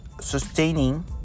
sustaining